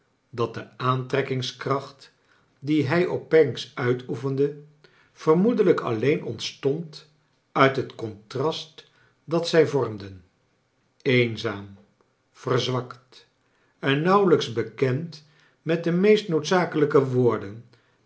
dat de aantrekkingskracht die hij op paneks uitoefende vermoedelijk alleen ontstond uit het contrast dat zij vormden eenzaam verzwakt en nauwelijks bekend met de me est noodzakelijke woorden